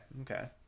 okay